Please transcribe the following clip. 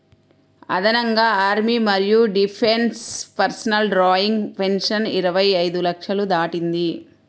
అదనంగా ఆర్మీ మరియు defence personnel drawing pension ఇరవై ఐదు లక్షలు దాటింది